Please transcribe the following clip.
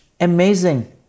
Amazing